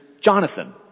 Jonathan